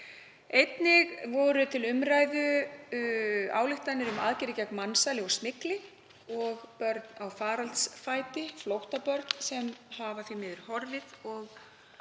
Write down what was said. Einnig voru til umræðu ályktanir um aðgerðir gegn mansali og smygli og börn á faraldsfæti, flóttabörn, sem hafa því miður horfið í Evrópu